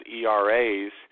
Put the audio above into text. ERAs